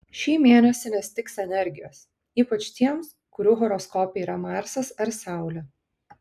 šį mėnesį nestigs energijos ypač tiems kurių horoskope yra marsas ar saulė